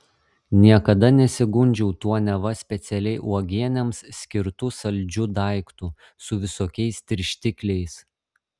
niekada nesigundžiau tuo neva specialiai uogienėms skirtu saldžiu daiktu su visokiais tirštikliais